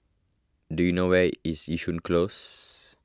do you know where is Yishun Close